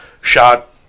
shot